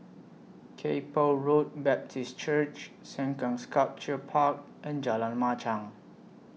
Kay Poh Road Baptist Church Sengkang Sculpture Park and Jalan Machang